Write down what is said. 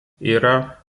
yra